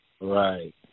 Right